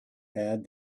add